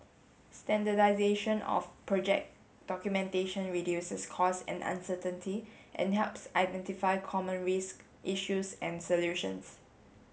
standardisation of project documentation reduces costs and uncertainty and helps identify common risk issues and solutions